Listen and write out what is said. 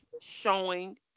showing